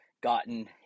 gotten